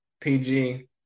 PG